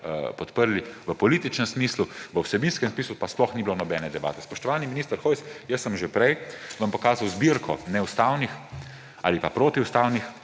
podprli v političnem smislu; v vsebinskem smislu pa sploh ni bilo nobene debate. Spoštovani minister Hojs, jaz sem že prej vam pokazal zbirko neustavnih ali pa protiustavnih